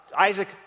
Isaac